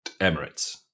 Emirates